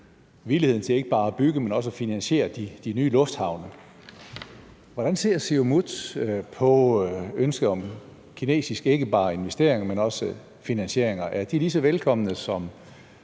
villighed til ikke bare at bygge, men også at finansiere de nye lufthavne. Hvordan ser Siumut på ønsket om kinesiske ikke bare investeringer, men også finansieringer? Er de lige så velkomne som